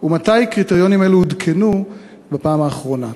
ומתי עודכנו קריטריונים אלה בפעם האחרונה.